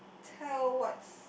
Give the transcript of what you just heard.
tell what's